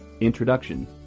Introduction